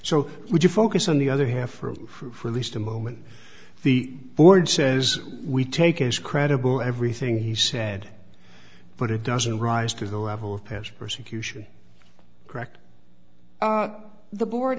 so would you focus on the other half are true for least a moment the board says we take as credible everything he said but it doesn't rise to the level of past persecution correct the board